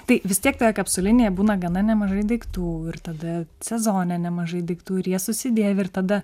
tai vis tiek toje kapsulinėje būna gana nemažai daiktų ir tada sezone nemažai daiktų kurie susidėvi ir tada